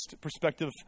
perspective